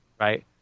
Right